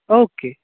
okay